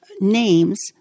names